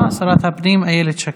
הפנים אילת שקד.